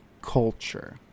culture